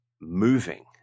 moving